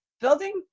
building